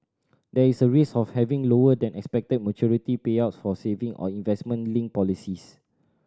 there is a risk of having lower than expected maturity payouts for saving or investment linked policies